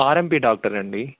RMP doctor అండి